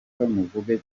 uvuge